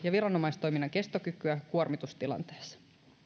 ja viranomaistoiminnan kestokykyä kuormitustilanteessa